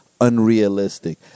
unrealistic